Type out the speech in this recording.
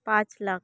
ᱯᱟᱸᱪ ᱞᱟᱠᱷ